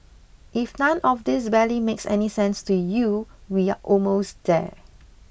if none of this barely makes any sense to you we're almost there